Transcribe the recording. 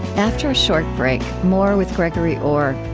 after a short break, more with gregory orr.